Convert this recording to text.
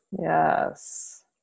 Yes